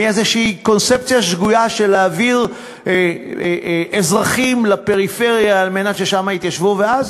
מאיזושהי קונספציה שגויה של להעביר אזרחים לפריפריה על מנת שיתיישבו שם,